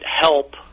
help